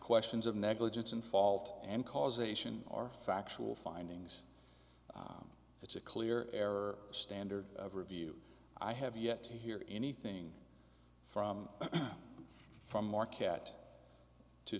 questions of negligence and fault and causation are factual findings it's a clear error standard of review i have yet to hear anything from from our cat to